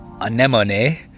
Anemone